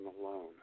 alone